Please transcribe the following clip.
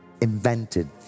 invented